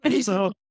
So-